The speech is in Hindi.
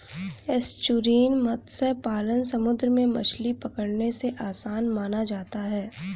एस्चुरिन मत्स्य पालन समुंदर में मछली पकड़ने से आसान माना जाता है